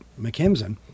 McKimson